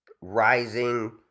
rising